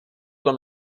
tom